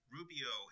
Rubio